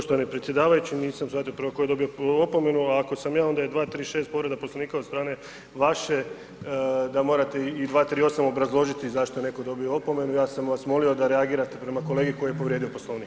Poštovani predsjedavajući nisam shvatio prvo tko je dobio opomenu, a ako sam ja onda je 236. povreda Poslovnika od strane vaše da morate da i 238. obrazložiti zašto je netko dobio opomenu, ja sam vas molio da reagirate prema kolegi koji je povrijedio Poslovnik.